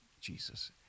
Jesus